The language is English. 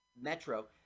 metro